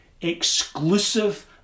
exclusive